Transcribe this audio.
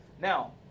Now